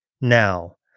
now